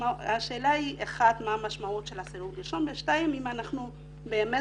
השאלה היא מה המשמעות של הסירוב ושאלה שנייה אם אנחנו באמת,